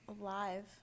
alive